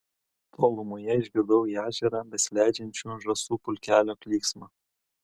tolumoje išgirdau į ežerą besileidžiančių žąsų pulkelio klyksmą